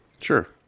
Sure